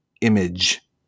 image